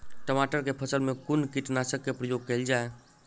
टमाटर केँ फसल मे कुन कीटनासक केँ प्रयोग कैल जाय?